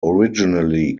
originally